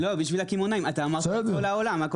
בשביל הקמעונאים, דיברתי על כל העולם.